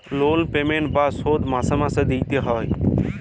লল পেমেল্ট বা শধ মাসে মাসে দিইতে হ্যয়